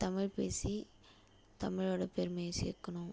தமிழ் பேசி தமிழோடய பெருமையைச் சேர்க்கணும்